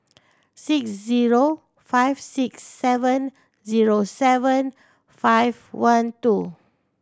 six zero five six seven zero seven five one two